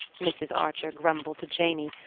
mrs. archer grumbled to janey,